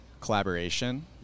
collaboration